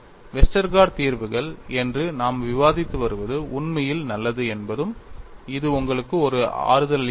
Westergaard தீர்வுகள் என்று நாம் விவாதித்து வருவது உண்மையில் நல்லது என்பதும் இது உங்களுக்கு ஒரு ஆறுதலளிக்கிறது